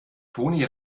toni